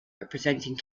representing